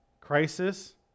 crisis